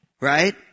right